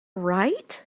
right